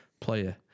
player